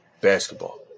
Basketball